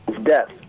Death